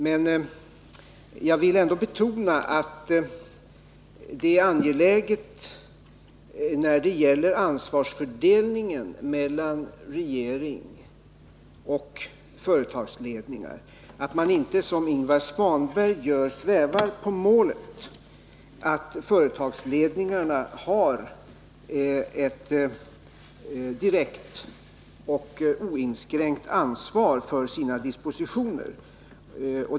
Men jag vill ändå betona att det, när det gäller ansvarsfördelningen mellan regeringen och företagsledningar, är angeläget att man inte, som Ingvar Svanberg gör, svävar på målet om att företagsledningarna har ett direkt och oinskränkt ansvar för sina dispositioner.